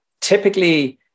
typically